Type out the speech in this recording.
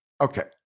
okay